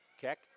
Keck